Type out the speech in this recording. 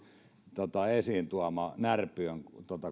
esiin tuomasta närpiön